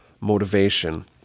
motivation